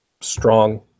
strong